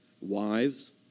wives